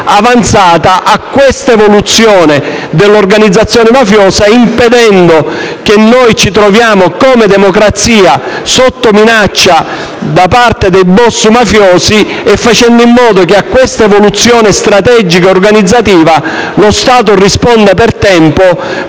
avanzata a questa evoluzione dell'organizzazione mafiosa, impedendo che, come democrazia, noi ci troviamo sotto minaccia da parte dei *boss* mafiosi e facendo in modo che a questa evoluzione strategica ed organizzativa lo Stato risponda per tempo,